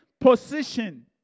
position